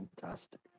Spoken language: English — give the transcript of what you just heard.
fantastic